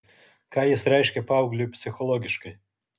ką jis reiškia paaugliui psichologiškai